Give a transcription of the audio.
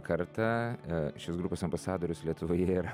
kartą šios grupės ambasadorius lietuvoje yra